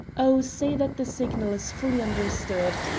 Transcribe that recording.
oh, say that the signal is fully understood.